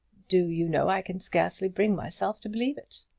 do you know i can scarcely bring myself to believe it!